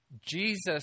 Jesus